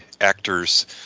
actors